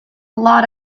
lot